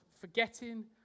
forgetting